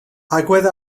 agwedd